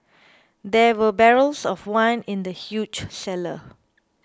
there were barrels of wine in the huge cellar